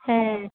হ্যাঁ